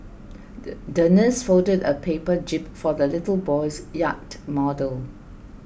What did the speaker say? the nurse folded a paper jib for the little boy's yacht model